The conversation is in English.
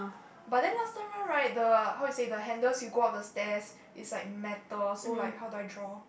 but then last time one right the how you say the handles you go up the stairs it's like metal so like how do I draw